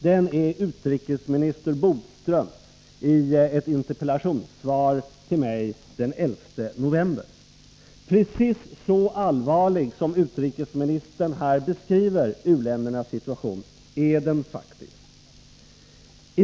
Den är utrikesminister Bodströms, i ett interpellationssvar till mig den 11 november. Precis så allvarlig som utrikesministern här beskriver u-ländernas situation är den faktiskt.